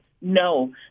no